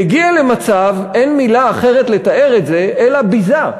והגיעה למצב, אין מילה אחרת לתאר את זה אלא ביזה.